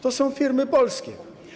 To są firmy polskie.